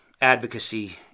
advocacy